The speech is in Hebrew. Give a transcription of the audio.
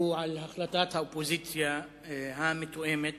הוא על החלטת האופוזיציה המתואמת